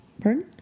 Pardon